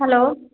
hello